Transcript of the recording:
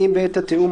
אם בעת התיאום,